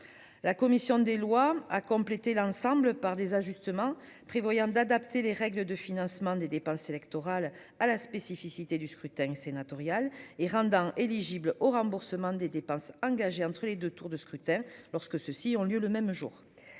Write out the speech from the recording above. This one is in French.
La commission des lois à compléter l'ensemble par des ajustements prévoyant d'adapter les règles de financement des dépenses électorales à la spécificité du scrutin sénatorial et rendant éligible au remboursement des dépenses engagées entre les 2 tours de scrutin lorsque ceux-ci ont lieu le même jour.